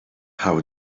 how